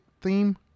theme